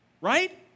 right